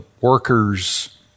workers